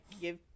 give